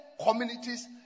communities